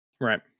Right